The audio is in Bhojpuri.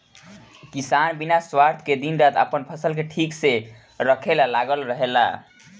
किसान बिना स्वार्थ के दिन रात आपन फसल के ठीक से रखे ला लागल रहेला